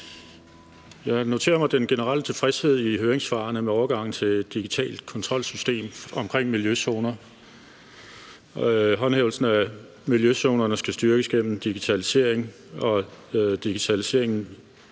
har noteret mig den generelle tilfredshed i høringssvarene med overgangen til et digitalt kontrolsystem, når det drejer sig om miljøzoner. Håndhævelsen af miljøzonerne skal styrkes gennem digitalisering, og digitaliseringen